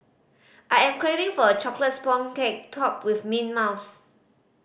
I am craving for a chocolate sponge cake topped with mint mousse